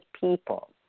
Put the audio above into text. people